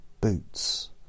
boots